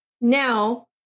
Now